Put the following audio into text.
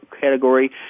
category